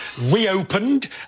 reopened